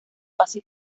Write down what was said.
fácil